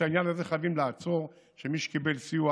את העניין הזה חייבים לעצור, ושמי שקיבל סיוע